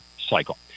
cycle